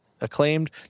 acclaimed